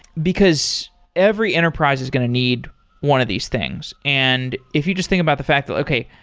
because every enterprise is going to need one of these things, and if you just think about the fact that, okay,